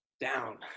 down